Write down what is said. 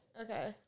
Okay